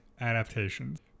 adaptations